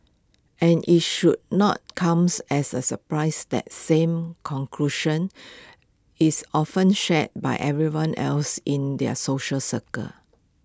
and IT should not comes as A surprise that same conclusion is often shared by everyone else in their social circle